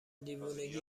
دیوونگی